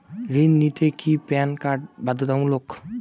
ঋণ নিতে কি প্যান কার্ড বাধ্যতামূলক?